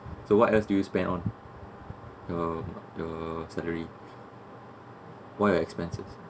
so what else do you spend on your your salary what're your expenses